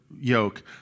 yoke